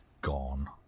gone